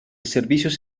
servicios